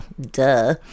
Duh